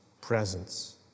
presence